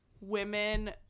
women